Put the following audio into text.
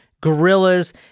gorillas